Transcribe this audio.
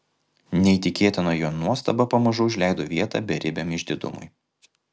neįtikėtina jo nuostaba pamažu užleido vietą beribiam išdidumui